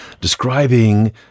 describing